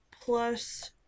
plus